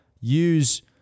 use